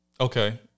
Okay